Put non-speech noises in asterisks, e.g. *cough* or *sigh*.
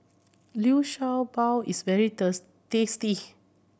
Liu Sha Bao is very *unintelligible* tasty